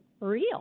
real